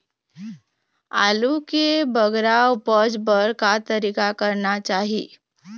आलू के बगरा उपज बर का तरीका करना चाही?